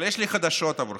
אבל יש לי חדשות עבורכם.